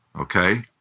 Okay